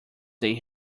they